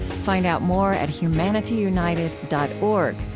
find out more at humanityunited dot org,